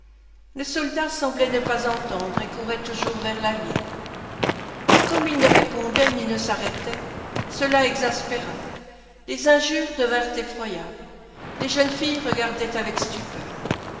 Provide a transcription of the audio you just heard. le soldat semblait ne pas entendre et courait toujours vers la ville et comme il ne répondait ni ne s'arrêtait cela exaspéra les injures devinrent effroyables les jeunes filles regardaient avec stupeur